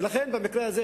ולכן במקרה הזה,